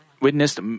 witnessed